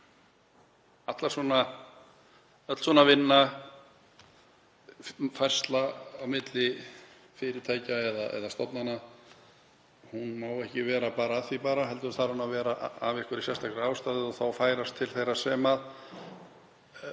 Öll svona vinna, færsla á milli fyrirtækja eða stofnana, má ekki vera bara af því bara heldur þarf hún að vera af einhverri sérstakri ástæðu og færast til þeirra sem